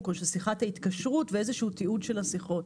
או של שיחת ההתקשרות ואיזשהו תיעוד של השיחות.